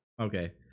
okay